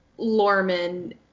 lorman